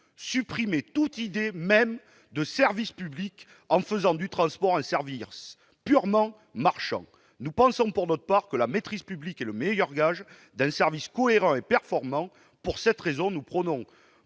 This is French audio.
supprimer toute idée même de service public, en faisant du transport un service purement marchand. Nous pensons, pour notre part, que la maîtrise publique est le meilleur gage d'un service cohérent et performant. C'est pourquoi nous plaidons